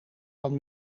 van